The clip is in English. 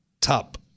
top